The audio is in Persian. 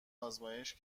آزمایش